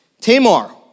Tamar